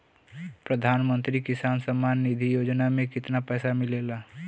प्रधान मंत्री किसान सम्मान निधि योजना में कितना पैसा मिलेला?